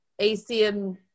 ACM